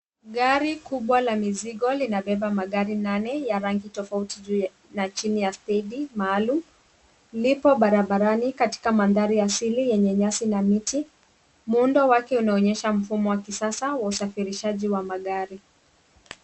Gari kubwa la mizigo linabeba magari nane ya rangi tofauti juu na chini ya stendi maalum. Lipo barabarani katika mandhari ya asili yenye nyasi na miti. Muundo wake unaonyesha mfumo wa kisasa wa usafirishaji wa magari.